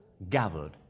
gathered